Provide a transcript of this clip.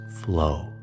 flow